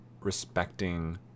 respecting